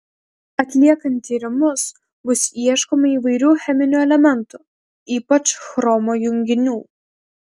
atliekant tyrimus bus ieškoma įvairių cheminių elementų ypač chromo junginių